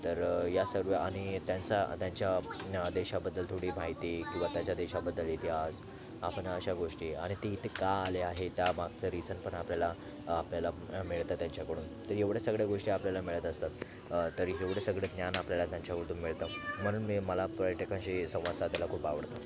तर या सर्व आणि त्यांचा त्यांच्या देशाबद्दल थोडी माहिती किंवा त्यांच्या देशाबद्दल इतिहास आपण अशा गोष्टी आणि ती इथे का आले आहेत त्यामागचं रिझन पण आपल्याला आपल्याला मिळतं त्यांच्याकडून तर एवढं सगळे गोष्टी आपल्याला मिळत असतात तरी एवढे सगळे ज्ञान आपल्याला त्यांच्याकडून मिळतं म्हणून मी मला पर्यटकांशी संवाद साधायला खूप आवडतं